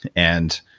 and